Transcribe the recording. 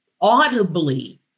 audibly